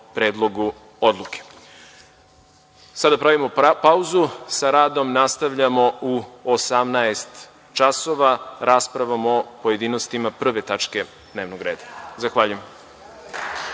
Predlogu odluke. Sada pravimo pauzu. Sa radom nastavljamo u 18.00 časova, raspravom o pojedinostima 1. tačke dnevnog reda. Zahvaljujem.(Posle